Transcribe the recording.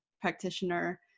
practitioner